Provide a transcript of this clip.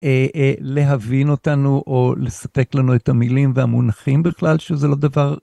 להבין אותנו או לספק לנו את המילים והמונחים בכלל שזה לא דבר.